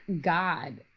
God